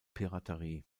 piraterie